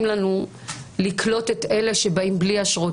לנו לקלוט את אלה שבאים בלי אשרות,